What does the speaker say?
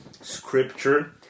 scripture